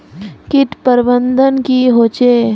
किट प्रबन्धन की होचे?